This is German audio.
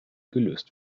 gelöst